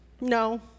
No